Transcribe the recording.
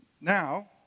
Now